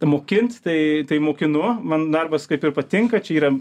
mokint tai tai mokinu man darbas kaip ir patinka čia yra